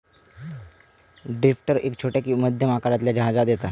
drifter एक छोट्या किंवा मध्यम आकारातल्या जहाजांत येता